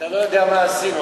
אתה לא יודע מה עשינו,